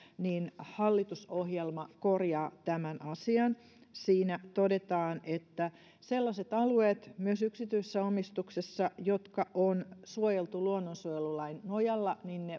että hallitusohjelma korjaa tämän asian ohjelmassa todetaan että sellaiset alueet myös yksityisessä omistuksessa jotka on suojeltu luonnonsuojelulain nojalla